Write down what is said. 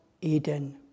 Eden